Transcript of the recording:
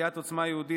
סיעת עוצמה יהודית,